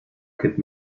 kipp